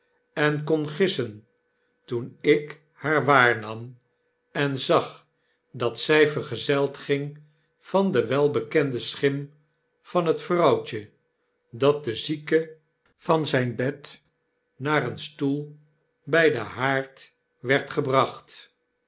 en kon gissen toen ik haar waarnam en zag dat zy vergezeld ging van de welbekende schim van het vrouwtje dat de zieke van zijn bed naar een stoel by den haard werd gebracht